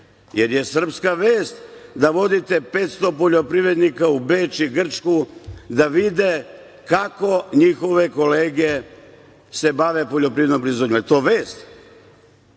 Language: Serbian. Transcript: jer je srpska vest da vodite 500 poljoprivrednika u Beč i Grčku da vide kako njihove kolege se bave poljoprivrednom proizvodnjom. To je vest,